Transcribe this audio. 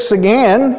again